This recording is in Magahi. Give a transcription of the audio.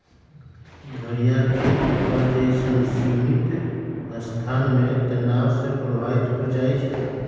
घरियार खेत पथार जइसन्न सीमित स्थान में तनाव से प्रभावित हो जाइ छइ